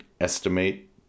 estimate